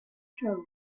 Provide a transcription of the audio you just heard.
defeated